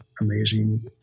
amazing